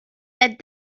led